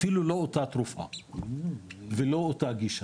אפילו לא אותה תרופה ולא אותה גישה,